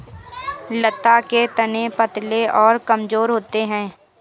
लता के तने पतले और कमजोर होते हैं